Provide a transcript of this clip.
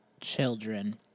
children